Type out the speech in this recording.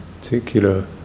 particular